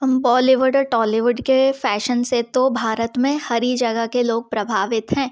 हम बॉलीवूड और टॉलीवूड के फैशन से तो भारत में हर ही जगह के लोग प्रभावित है